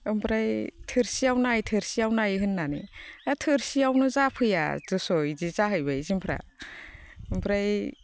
ओमफ्राय थोरसियाव नाय थोरसियाव नाय होननानै दा थोरसिआवनो जाफैयादस' बिदि जाहैबाय जोंफोरा ओमफ्राय